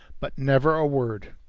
but never a word.